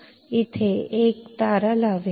म्हणून मी येथे एक तारा लावीन